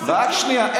רק שנייה.